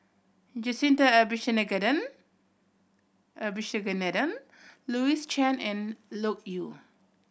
Jacintha Abisheganaden Louis Chen and Loke Yew